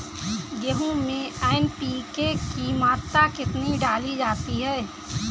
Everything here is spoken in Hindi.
गेहूँ में एन.पी.के की मात्रा कितनी डाली जाती है?